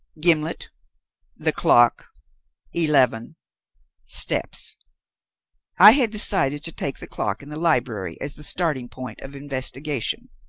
gimblet the clock eleven steps i had decided to take the clock in the library as the starting-point of investigation.